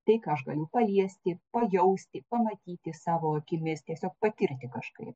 tai ką aš galiu paliesti pajausti pamatyti savo akimis tiesiog patirti kažkaip